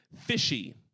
Fishy